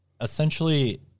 essentially